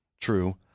True